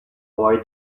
boy